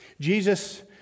Jesus